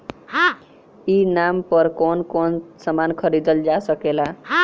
ई नाम पर कौन कौन समान खरीदल जा सकेला?